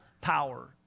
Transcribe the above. power